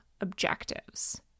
objectives